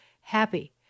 happy